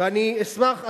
ואני אשמח,